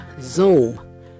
Zoom